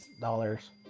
dollars